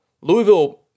Louisville